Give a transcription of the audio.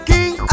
King